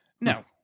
No